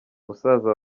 musaza